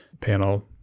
panel